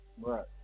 Right